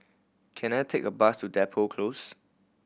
can I take a bus to Depot Close